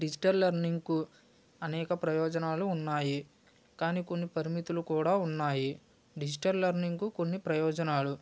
digital లెర్నింగ్కు అనేక ప్రయోజనాలు ఉన్నాయి కానీ కొన్ని పరిమితులు కూడా ఉన్నాయి డిజిటల్ లెర్నింగ్కు కొన్ని ప్రయోజనాలు